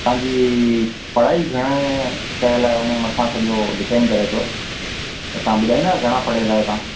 तव्हांजी पढ़ाई घणी कयुल आहे हुनजे मथां सॼो डिपेंड करे थो त तव्हां ॿुधाईंदा घणा पढ़ियल आहियो तव्हां